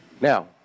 Now